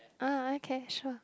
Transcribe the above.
ah okay sure